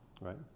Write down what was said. Right